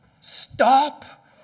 stop